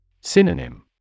Synonym